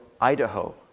Idaho